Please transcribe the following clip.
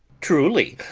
truly,